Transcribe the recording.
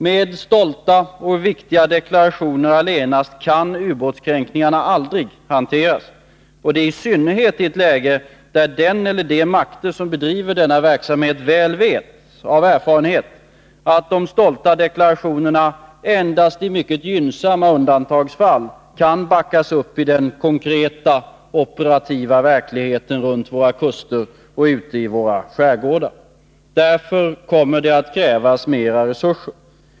Med stolta och viktiga deklarationer allenast kan ubåtskränkningarna aldrig hanteras, och det i synnerhet i ett läge där den eller de makter som bedriver denna verksamhet väl vet, av erfarenhet, att de stolta deklarationerna endast i mycket gynnsamma undantagsfall kan backas upp i den konkreta operativa verkligheten runt våra kuster och ute i våra skärgårdar. = Därför kommer det att krävas mera resurser.